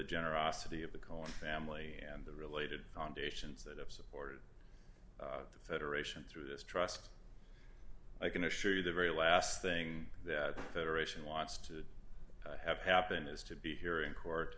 generosity of the call family and the related foundations that have supported the federation through this trust i can assure you the very last thing that federation wants to have happen is to be here in court